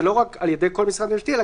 זה לא רק על ידי כל משרד ממשלתי אלא